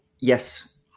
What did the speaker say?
yes